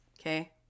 okay